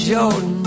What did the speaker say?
Jordan